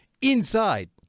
inside